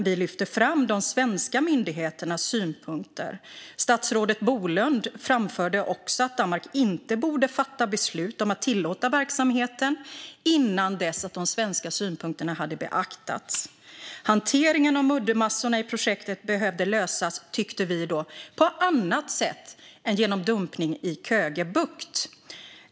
Vi lyfte fram de svenska myndigheternas synpunkter, och statsrådet Bolund framförde att Danmark inte borde fatta beslut om att tillåta verksamheten innan dess att de svenska synpunkterna hade beaktats. Hanteringen av muddermassorna i projektet behövde lösas, tyckte vi, på annat sätt än genom dumpning i Køge Bugt.